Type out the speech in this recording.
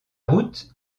route